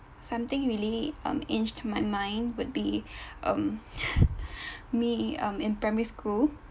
something really um etched into my mind would be um me um in primary school